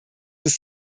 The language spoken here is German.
ist